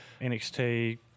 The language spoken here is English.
NXT